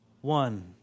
One